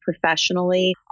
professionally